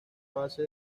base